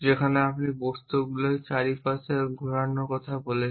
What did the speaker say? যেখানে আপনি বস্তুগুলিকে চারপাশে ঘুরানোর কথা বলছেন